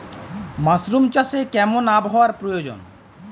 Mushroom চাষে কেমন আবহাওয়ার প্রয়োজন?